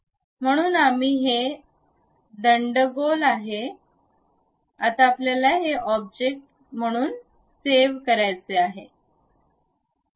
म्हणून आम्ही हे आहे दंडगोल आता आपल्याला हे ऑब्जेक्ट म्हणून सेव्ह करायचे आहे